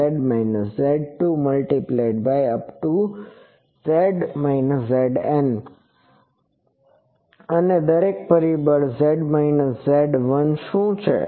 Ƶ Ƶn અને દરેક પરિબળ z z1 શું છે